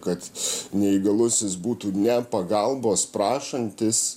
kad neįgalusis būtų ne pagalbos prašantis